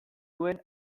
nuen